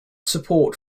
support